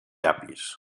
llapis